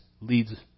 leads